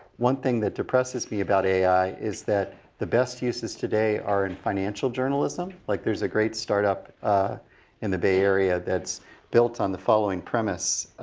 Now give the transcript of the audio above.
one thing that depresses me about ai is that the best uses today are in financial journalism like there's a great startup in the bay area that's built on the following premise.